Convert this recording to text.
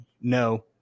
no